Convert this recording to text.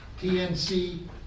TNC